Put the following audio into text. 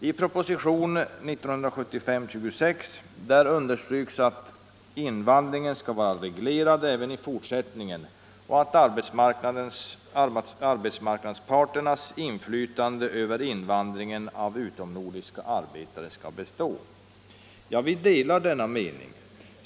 I propositionen 1975:26 understryks att invandringen skall vara reglerad även i fortsättningen och att arbetsmarknadsparternas inflytande över invandringen av utomnordiska arbetare skall bestå. Vi delar denna mening.